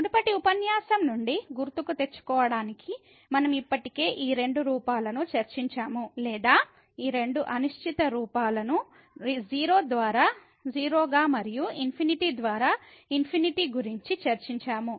మునుపటి ఉపన్యాసం నుండి గుర్తుకు తెచ్చుకోవడానికి మనం ఇప్పటికే ఈ రెండు రూపాలను చర్చించాము లేదా ఈ రెండు అనిశ్చిత రూపాలను 0 ద్వారా 0 గా మరియు ఇన్ఫినిటీ ద్వారా ఇన్ఫినిటీ గురించి చర్చించాము